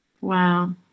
Wow